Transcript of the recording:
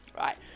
Right